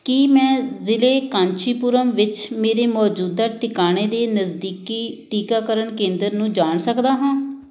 ਕੀ ਮੈਂ ਜ਼ਿਲੇ ਕਾਂਚੀਪੁਰਮ ਵਿੱਚ ਮੇਰੇ ਮੌਜੂਦਾ ਟਿਕਾਣੇ ਦੇ ਨਜ਼ਦੀਕੀ ਟੀਕਾਕਰਨ ਕੇਂਦਰ ਨੂੰ ਜਾਣ ਸਕਦਾ ਹਾਂ